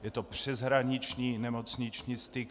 Je to přeshraniční nemocniční styk.